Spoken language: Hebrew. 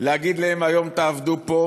להגיד להם: היום תעבדו פה,